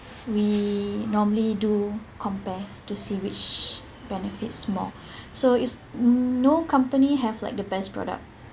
we normally do compare to see which benefits more so is no company have like the best product